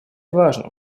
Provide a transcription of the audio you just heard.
важным